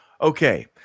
Okay